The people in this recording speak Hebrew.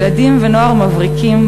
ילדים ונוער מבריקים,